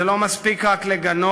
זה לא מספיק רק לגנות,